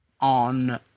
on